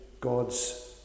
God's